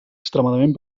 extremadament